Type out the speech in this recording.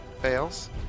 fails